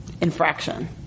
infraction